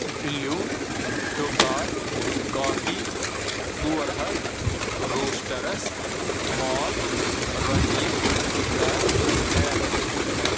blue ٹوکاے کافی ژور ہَتھ روسٹرس مۄل رۄپیہِ کَر ایڈ